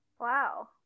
Wow